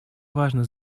важно